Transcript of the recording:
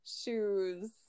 shoes